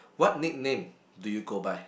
what nickname do you go by